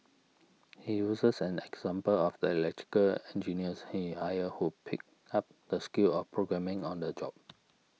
he uses an example of the electrical engineers he hired who picked up the skill of programming on the job